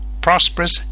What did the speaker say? prosperous